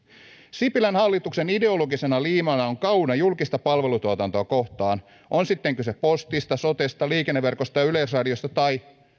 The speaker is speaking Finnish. sipilän hallituksen ideologisena liimana on kauna julkista palvelutuotantoa kohtaan on sitten kyse postista sotesta liikenneverkosta yleisradiosta tai